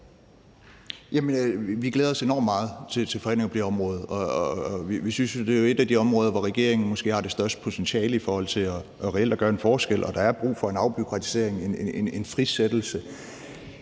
Jamen vi glæder os enormt meget til forhandlingerne på det område. Vi synes jo, at det er et af de områder, hvor regeringen måske har det største potentiale i forhold til reelt at gøre en forskel, og der er brug for en afbureaukratisering, en frisættelse.